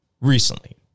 recently